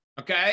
okay